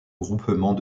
groupement